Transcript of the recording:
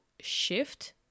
shift